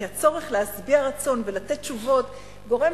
כי הצורך להשביע רצון ולתת תשובות גורם